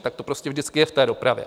Tak to prostě vždycky je v dopravě.